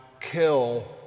kill